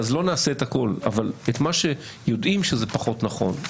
לא נעשה את הכול אבל את מה שיודעים שהוא פחות נכון,